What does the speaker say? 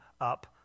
up